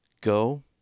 go